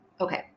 Okay